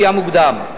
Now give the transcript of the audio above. לפי המוקדם.